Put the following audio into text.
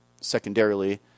secondarily